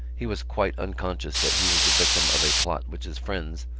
he was quite unconscious that he was the victim of a plot which his friends,